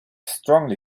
strongly